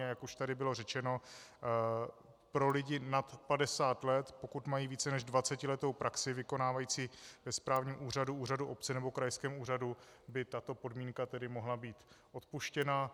A jak už tady bylo řečeno, pro lidi nad padesát let, pokud mají více než dvacetiletou praxi, vykonávající ve správním úřadu, úřadu obce nebo krajskému úřadu, by tato podmínka mohla být odpuštěna.